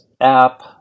app